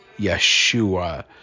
Yeshua